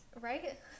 Right